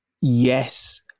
yes